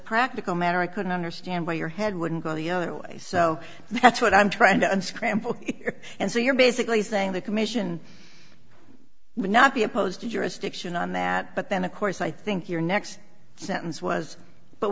practical matter i couldn't understand why your head wouldn't go the other way so that's what i'm trying to unscramble and so you're basically saying the commission would not be opposed to jurisdiction on that but then of course i think your next sentence was but